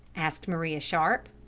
asked maria sharp.